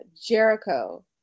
jericho